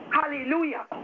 Hallelujah